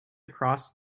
across